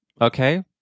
Okay